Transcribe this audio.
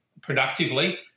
productively